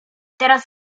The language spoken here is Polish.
teraz